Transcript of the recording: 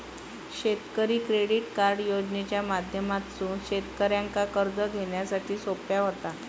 शेतकरी credit card योजनेच्या माध्यमातसून शेतकऱ्यांका कर्ज घेण्यासाठी सोप्या व्हता